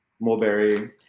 mulberry